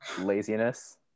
laziness